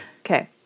Okay